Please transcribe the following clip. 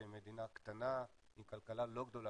שהיא מדינה קטנה עם כלכלה לא גדולה